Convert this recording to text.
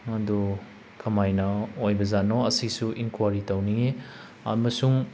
ꯑꯗꯣ ꯀꯃꯥꯏꯅ ꯑꯣꯏꯕ ꯖꯥꯠꯅꯣ ꯑꯁꯤꯁꯨ ꯏꯟꯀ꯭ꯋꯥꯔꯤ ꯇꯧꯅꯤꯡꯏ ꯑꯃꯁꯨꯡ